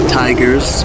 tigers